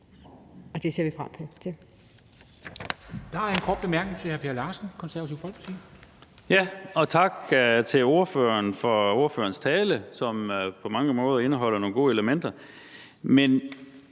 og det ser vi frem til.